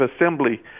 assembly